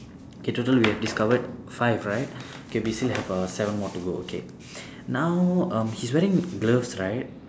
K total we have discovered five right K we still have err seven more to go okay now um he's wearing gloves right